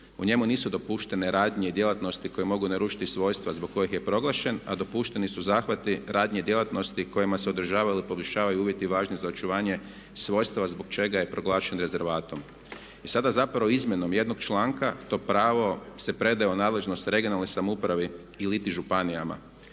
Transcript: U njemu nisu dopuštene radnje i djelatnosti koje mogu narušiti svojstva zbog kojih je proglašen a dopušteni su zahvati, radnje, djelatnosti kojima se održavaju ili poboljšavaju uvjeti važni za očuvanje svojstava zbog čega je proglašen rezervatom. I sada zapravo izmjenom jednog članka to pravo se predaje u nadležnost regionalnoj samoupravi iliti županijama.